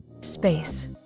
Space